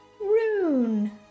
Rune